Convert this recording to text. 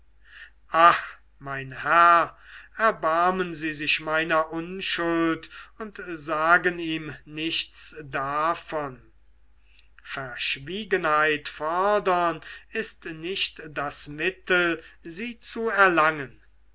ach mein herr erbarmen sie sich meiner unschuld und sagen ihm nichts davon verschwiegenheit fordern ist nicht das mittel sie zu erlangen